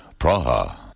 Praha